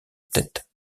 tête